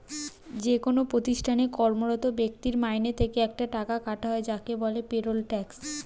যেকোন প্রতিষ্ঠানে কর্মরত ব্যক্তির মাইনে থেকে একটা টাকা কাটা হয় যাকে বলে পেরোল ট্যাক্স